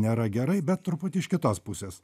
nėra gerai bet truputį iš kitos pusės